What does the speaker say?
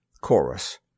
Chorus